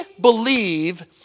believe